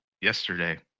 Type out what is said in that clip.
yesterday